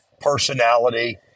personality